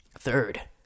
Third